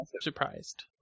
surprised